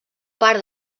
part